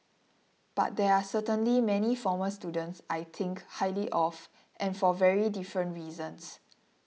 but there are certainly many former students I think highly of and for very different reasons